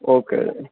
okay